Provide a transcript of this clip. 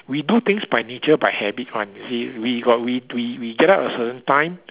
we do things by nature by habit one you see we got we we get up at a certain time